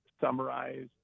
summarize